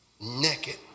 naked